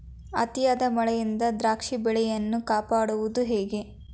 ಅತಿಯಾದ ಮಳೆಯಿಂದ ದ್ರಾಕ್ಷಿ ಬೆಳೆಯನ್ನು ಕಾಪಾಡುವುದು ಹೇಗೆ?